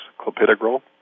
clopidogrel